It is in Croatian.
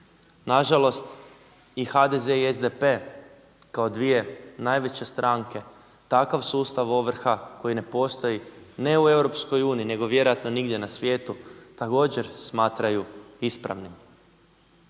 Nažalost i HDZ i SDP kao dvije najveće stranke takav sustav ovrha koji ne postoji, ne u EU nego vjerojatno nigdje na svijetu također smatraju ispravnim.